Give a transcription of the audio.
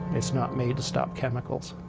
it's not made to stop chemicals.